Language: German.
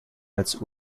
als